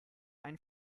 ein